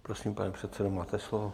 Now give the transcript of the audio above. Prosím, pane předsedo, máte slovo.